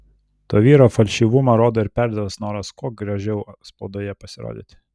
to vyro falšyvumą rodo ir perdėtas noras kuo gražiau spaudoje pasirodyti